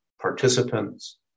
participants